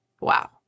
wow